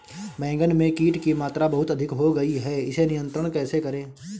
बैगन में कीट की मात्रा बहुत अधिक हो गई है इसे नियंत्रण कैसे करें?